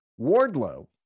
Wardlow